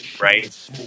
right